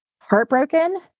heartbroken